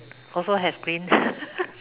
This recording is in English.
also have green